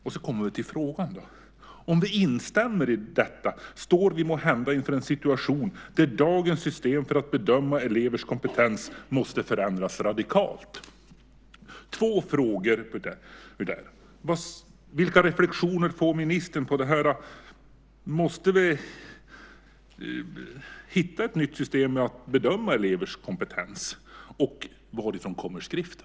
Sedan kommer frågan: "Om vi instämmer i detta står vi måhända inför en situation där dagens system för att bedöma elevers kompetens måste förändras radikalt?" Det blir två frågor: Vilka reflexioner gör ministern kring detta? Måste vi hitta ett nytt system att bedöma elevers kompetens, och varifrån kommer skriften?